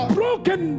broken